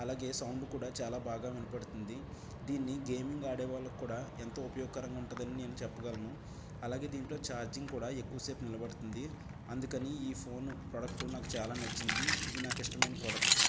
అలాగే సౌండ్ కూడా చాలా బాగా వినపడుతుంది దీన్ని గేమింగ్ ఆడేవాళ్ళకు కూడా ఎంతో ఉపయోగకరంగా ఉంటుందని నేను చెప్పగలను అలాగే దీంట్లో ఛార్జింగ్ కూడా ఎక్కువ సేపు నిలబడుతుంది అందుకని ఈ ఫోను ప్రొడక్టు నాకు చాలా నచ్చింది ఇది నాకు ఇష్టమైన ప్రొడక్టు